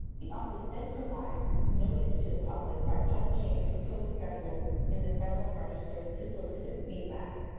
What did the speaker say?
the office then provides notice to the public by publishing a proposed schedule in the federal registers to solicit feedback.